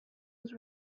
was